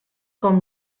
com